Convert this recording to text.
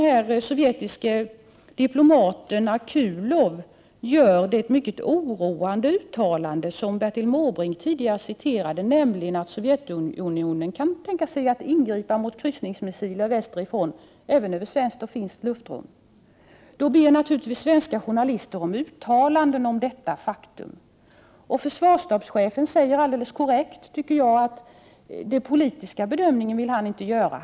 När nu den sovjetiske diplomaten Akulov gör det mycket oroande uttalande som Bertil Måbrink tidigare citerade, nämligen att Sovjetunionen kan tänka sig att ingripa mot kryssningsmissiler västerifrån även över finskt och svenskt luftrum, ber naturligtvis svenska journalister om uttalanden om detta faktum. Försvarsstabschefen säger, enligt min mening alldeles korrekt, att han inte vill göra någon politisk bedömning.